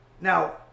now